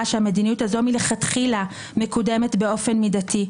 שהמדיניות הזו מלכתחילה מקודמת באופן מידתי,